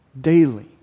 daily